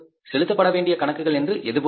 செலுத்தப்படவேண்டிய கணக்குகள் என்று எதுவுமில்லை